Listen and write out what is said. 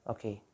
Okay